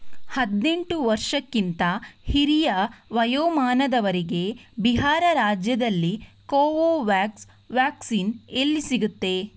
ಹದಿನೆಂಟು ವರ್ಷಕ್ಕಿಂತ ಹಿರಿಯ ವಯೋಮಾನದವರಿಗೆ ಬಿಹಾರ ರಾಜ್ಯದಲ್ಲಿ ಕೋವೋವ್ಯಾಕ್ಸ್ ವ್ಯಾಕ್ಸಿನ್ ಎಲ್ಲಿ ಸಿಗತ್ತೆ